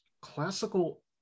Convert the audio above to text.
classical